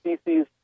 species